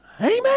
Amen